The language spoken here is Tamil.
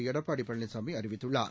எடப்பாடி பழனிசாமி அறிவித்துள்ளார்